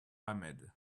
ahmed